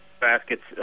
baskets